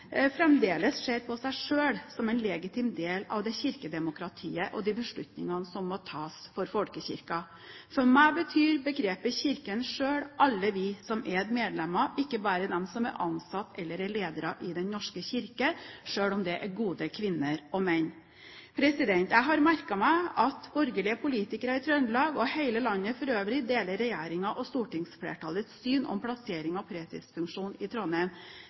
fremdeles ser på seg selv som en legitim del av det kirkedemokratiet og de beslutningene som må tas for folkekirken. Så for meg betyr begrepet «kirken selv» alle vi som er medlemmer, ikke bare dem som er ansatte eller er ledere i Den norske kirke, selv om det er gode kvinner og menn. Jeg har merket meg at borgerlige politikere i Trøndelag og i hele landet for øvrig deler regjeringens og stortingsflertallets syn om plassering av presesfunksjonen i Trondheim.